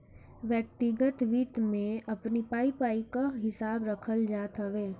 व्यक्तिगत वित्त में अपनी पाई पाई कअ हिसाब रखल जात हवे